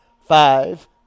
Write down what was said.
five